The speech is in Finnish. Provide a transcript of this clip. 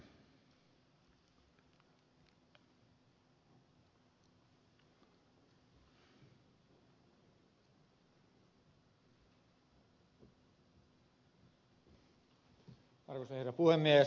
arvoisa herra puhemies